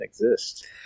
exist